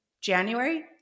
January